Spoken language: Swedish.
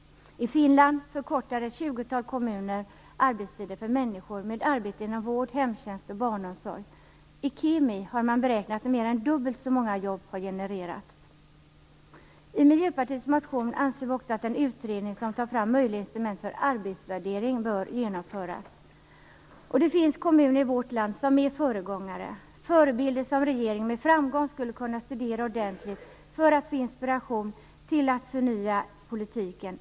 I Finland förkortar ett tjugotal kommuner arbetstiden för människor med arbete inom vård, hemtjänst och barnomsorg. I Kemi har man beräknat att mer än dubbelt så många jobb har genererats. I Miljöpartiets motion anser vi också att en utredning som tar fram möjligheterna till arbetsvärdering bör genomföras. Det finns kommuner i vårt land som är föregångare. Det finns förebilder som regeringen med framgång skulle kunna studera ordentligt för att få inspiration till att förnya politiken.